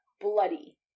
bloody